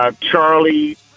Charlie